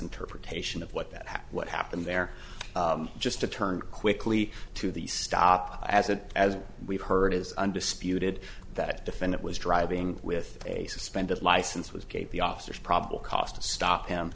interpretation of what that what happened there just to turn quickly to the stop as it as we've heard is undisputed that defendant was driving with a suspended license was the officers probable cause to stop